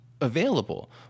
available